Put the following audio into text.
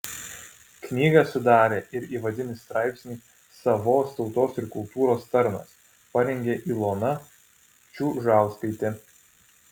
knygą sudarė ir įvadinį straipsnį savos tautos ir kultūros tarnas parengė ilona čiužauskaitė